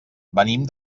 venim